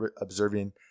observing